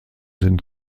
sind